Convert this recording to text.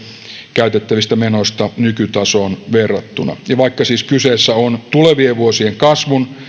käytettävistä menoista nykytasoon verrattuna vaikka siis kyseessä on tulevien vuosien kasvun